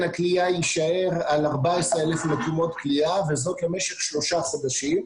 הכליאה יישאר על 14,000 מקומות כליאה וזאת למשך שלושה חודשים,